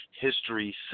history